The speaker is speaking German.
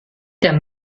der